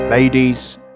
Ladies